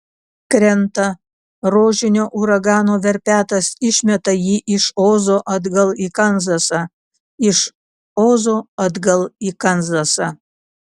krenta rožinio uragano verpetas išmeta jį iš ozo atgal į kanzasą iš ozo atgal į kanzasą